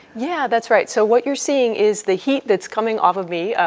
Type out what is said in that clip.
yeah, that's right. so what you're seeing is the heat that's coming off of me,